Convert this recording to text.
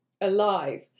alive